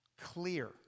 clear